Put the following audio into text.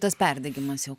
tas perdegimas jau